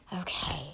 Okay